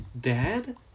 Dad